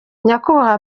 nyakubahwa